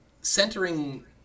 centering